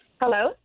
Hello